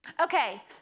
Okay